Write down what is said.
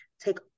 take